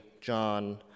John